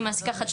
אני מעסיקה אחת,